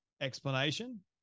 explanation